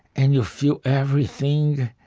and you feel everything.